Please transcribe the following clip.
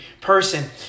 person